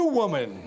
woman